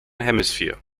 hemisphere